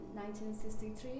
1963